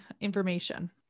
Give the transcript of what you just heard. information